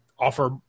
offer